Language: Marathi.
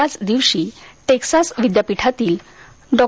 याच दिवशी टेक्सास विद्यापीठातील डॉ